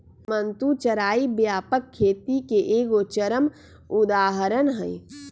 घुमंतू चराई व्यापक खेती के एगो चरम उदाहरण हइ